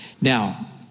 Now